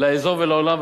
לאזור ולעולם.